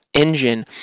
engine